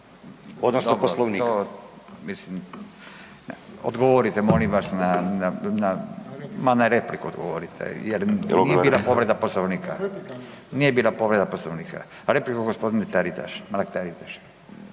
to, mislim, odgovorite molim vas, ma na repliku odgovorite jer nije bila povreda Poslovnika. Nije bila povreda Poslovnika, replika gđe. Mrak Taritaš.